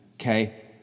okay